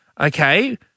Okay